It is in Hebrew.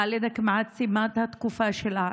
ח'אלדה כמעט סיימה את התקופה שלה,